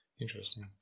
Interesting